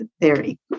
theory